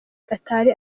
gatari